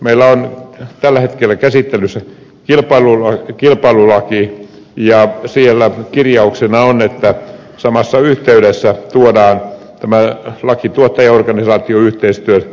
meillä on tällä hetkellä käsittelyssä kilpailulaki ja siellä kirjauksena on että samassa yhteydessä tuodaan tämä laki tuottajaorganisaatioyhteistyöstä